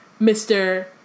Mr